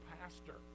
pastor